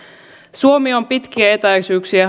suomi on pitkien etäisyyksien